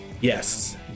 Yes